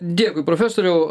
dėkui profesoriau